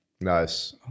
Nice